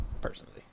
personally